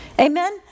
Amen